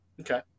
Okay